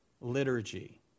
liturgy